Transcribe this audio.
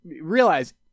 realize